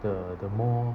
the the more